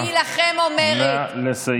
לכם אני אומרת, נא לסיים.